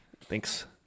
Thanks